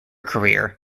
career